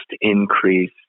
increase